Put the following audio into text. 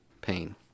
pain